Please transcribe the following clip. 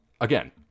Again